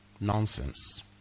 nonsense